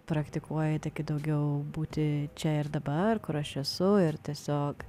praktikuoju tik daugiau būti čia ir dabar kur aš esu ir tiesiog